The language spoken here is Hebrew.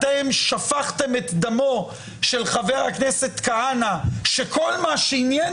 שפכתם את דמו של חבר הכנסת כהנא שכל מה שעניין